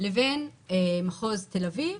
לבין מחוז תל אביב,